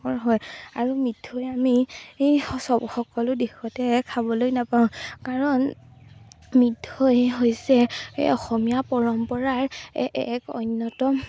হয় আৰু মিঠৈ আমি চ সকলো দেশতে খাবলৈ নাপাওঁ কাৰণ মিঠৈ হৈছে অসমীয়া পৰম্পৰাৰ এ এক অন্যতম